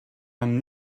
man